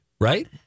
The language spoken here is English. right